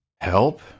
Help